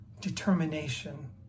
determination